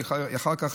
אחר כך,